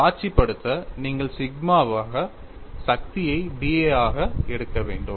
காட்சிப்படுத்த நீங்கள் சிக்மாவாக சக்தியை dA ஆக எடுக்க வேண்டும்